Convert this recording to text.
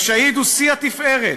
השהיד הוא שיא התפארת,